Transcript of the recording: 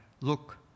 look